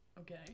Okay